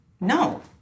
No